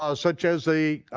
ah such as the.